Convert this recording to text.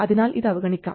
അതിനാൽ ഇത് അവഗണിക്കാം